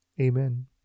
Amen